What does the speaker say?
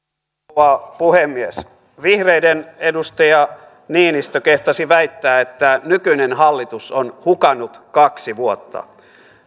rouva puhemies vihreiden edustaja niinistö kehtasi väittää että nykyinen hallitus on hukannut kaksi vuotta